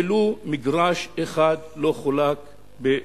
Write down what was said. לא חולק ולו מגרש אחד בבית-ג'ן.